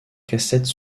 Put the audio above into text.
cassette